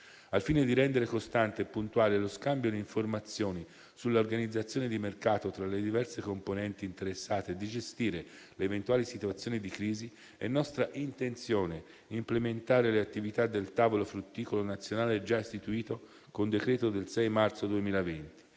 Al fine di rendere costante e puntuale lo scambio di informazioni sull'organizzazione di mercato tra le diverse componenti interessate e di gestire le eventuali situazioni di crisi, è nostra intenzione implementare le attività del tavolo frutticolo nazionale, già istituito con decreto del 6 marzo 2020.